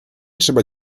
třeba